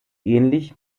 ähnlich